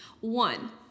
One